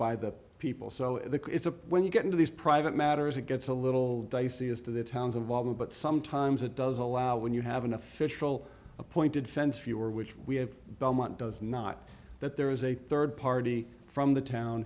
the people so it's a when you get into these private matters it gets a little dicey as to the town's awhile but sometimes it does allow when you have an official appointed fence fuehrer which we have belmont does not that there is a third party from the town